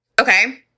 Okay